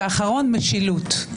והאחרון משילות.